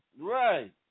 Right